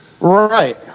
Right